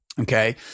Okay